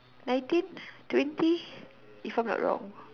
nineteen twenty if I'm not wrong